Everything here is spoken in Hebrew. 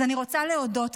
אז אני רוצה להודות,